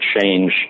change